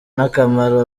n’akamaro